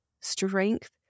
strength